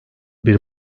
bir